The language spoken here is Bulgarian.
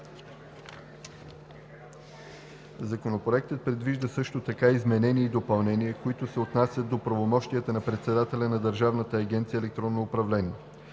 Законопроектът предвижда също така изменения и допълнения, които се отнасят до правомощията на председателя на Държавна агенция „Електронно управление“.